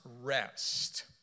rest